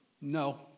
No